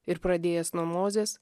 ir pradėjęs nuo mozės